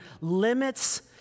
limits